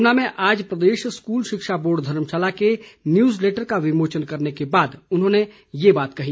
शिमला में आज प्रदेश स्कूल शिक्षा बोर्ड धर्मशाला के न्यूज़ लैटर का विमोचन करने के बाद उन्होंने ये बात कही